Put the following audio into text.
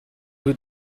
who